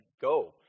go